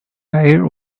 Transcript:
air